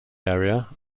area